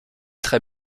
très